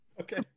Okay